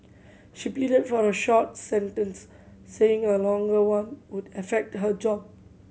she pleaded for a short sentence saying a longer one would affect her job